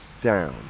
down